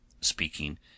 speaking